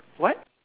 what